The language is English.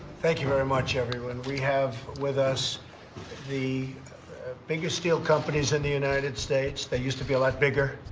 thank you very much, everyone. we have with us the biggest steel companies in the united states. they used to be a lot bigger,